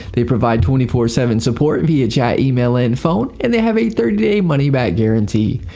they provide twenty four seven support via chat, email, and phone. and they have a thirty day money back guarantee.